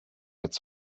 its